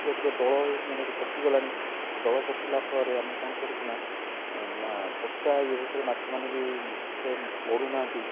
ଅତ୍ୟଧିକ ଦଳ ହେଇକିନା ସେଠି ପଚିଗଲାଣି ଦଳ ପଚିଲା ଫଳରେ ଆମେ କ'ଣ କରୁଛୁ ନା ପଚା ଇଏ ଭିତରେ ମାଛମାନେ ବି ଏତେ ବଢ଼ୁନାହାନ୍ତି